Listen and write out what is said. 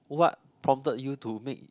what prompted you to make